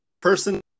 person